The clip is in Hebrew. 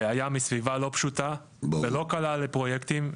והיה מסביבה לא פשוטה ולא קלה לפרויקטים,